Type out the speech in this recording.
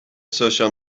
سوشا